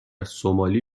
سومالی